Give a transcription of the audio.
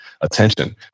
attention